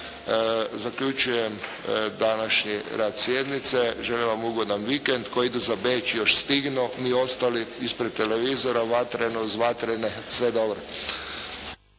Zaključujem današnji rad sjednice. Želim vam ugodan vikend. Tko ide za Beč, još stignu. Mi ostali ispred televizora vatreno uz "vatrene", sve dobro.